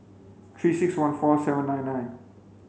three six one four seven nine nine